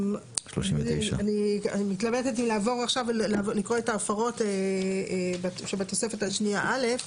39. אני מתלבטת אם לעבור עכשיו ולקרוא את ההפרות שבתוספת השנייה א'.